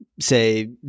say